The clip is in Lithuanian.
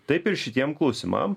taip ir šitiem klausimam